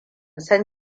san